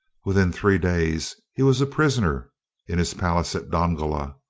within three days he was a prisoner in his palace at dongola,